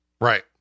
right